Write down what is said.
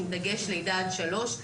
עם דגש על לידה עד 3,